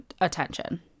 attention